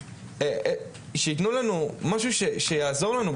שיתנו לנו משהו שיעזור לנו.